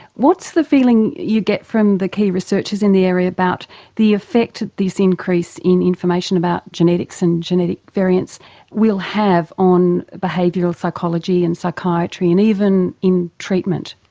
what's the feeling you get from the key researchers in the area about the effect that this increase in information about genetics and genetic variance will have on behavioural psychology and psychiatry and even in treatment?